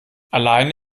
alleine